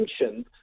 mentioned